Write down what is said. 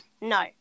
No